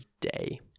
day